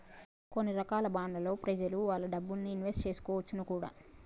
కొన్ని రకాల బాండ్లలో ప్రెజలు వాళ్ళ డబ్బుల్ని ఇన్వెస్ట్ చేసుకోవచ్చును కూడా